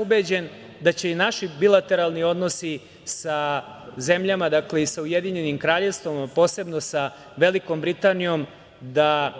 Ubeđen sam da će i naši bilateralni odnosi sa zemljama i sa Ujedinjenim Kraljevstvom, posebno sa Belikom Britanijom da